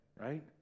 right